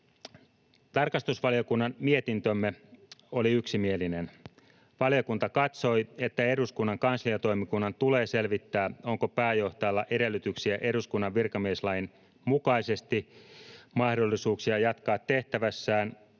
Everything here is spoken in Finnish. Tarkastusvaliokunnan mietintömme oli yksimielinen. Valiokunta katsoi, että ”eduskunnan kansliatoimikunnan tulee selvittää, onko pääjohtajalla edellytyksiä eduskunnan virkamieslain mukaisesti jatkaa tehtävässään